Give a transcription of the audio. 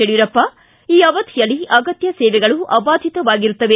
ಯಡಿಯೂರಪ್ಪ ಈ ಅವಧಿಯಲ್ಲಿ ಅಗತ್ಯ ಸೇವೆಗಳು ಅಬಾಧಿತವಾಗಿರುತ್ತವೆ